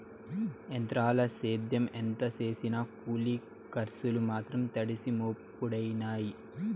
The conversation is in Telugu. ఎంత్రాల సేద్యం ఎంత సేసినా కూలి కర్సులు మాత్రం తడిసి మోపుడయినాయి